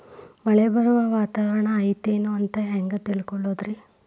ಮಳೆ ಬರುವ ವಾತಾವರಣ ಐತೇನು ಅಂತ ಹೆಂಗ್ ತಿಳುಕೊಳ್ಳೋದು ರಿ?